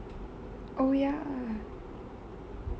oh ya